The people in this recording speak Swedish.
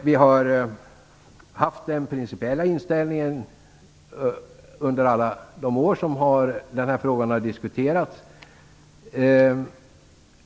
Vi har haft den principiella inställningen under alla de år som den här frågan har diskuterats.